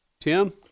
Tim